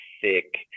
thick